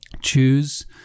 Choose